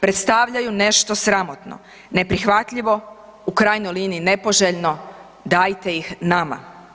predstavljaju nešto sramotno, neprihvatljivo, u krajnjoj liniji nepoželjno, dajte ih nama.